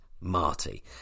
marty